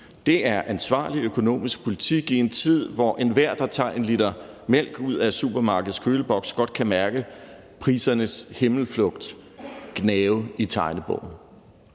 det er ansvarlig økonomisk politik i en tid, hvor enhver, der tager en liter mælk ud af supermarkedets køleboks, godt kan mærke prisernes himmelflugt gnave i tegnebogen.